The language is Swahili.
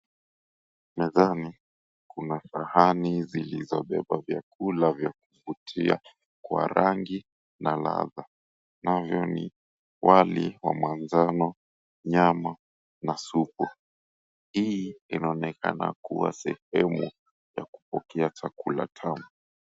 Mezani kuna sahani zilizobeba vyakula vya kuvutia kwa rangi na ladha, navyo ni wali wa manjano, nyama na supu hii inaonekana kuwa sehemu ya kupokea chakula tamu.